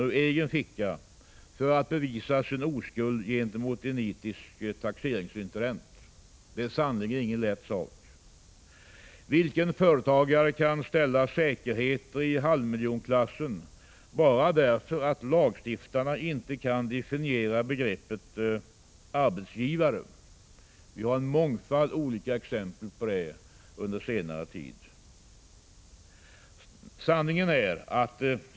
ur egen ficka för att bevisa sin oskuld gentemot en nitisk taxeringsintendent? Det är sannerligen ingen lätt sak. Vilken företagare kan ställa säkerheter i halvmiljonklassen, bara därför att lagstiftarna inte kan definiera begreppet arbetsgivare? Vi har under senare tid haft en mångfald olika exempel på vilka problem detta förorsakar.